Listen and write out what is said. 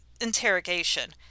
interrogation